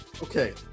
Okay